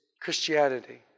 Christianity